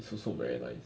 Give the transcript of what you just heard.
its also very nice